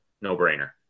no-brainer